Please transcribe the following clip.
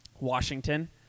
Washington